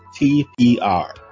TPR